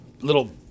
little